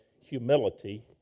humility